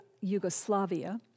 Yugoslavia